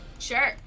Sure